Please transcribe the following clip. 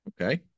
Okay